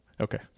okay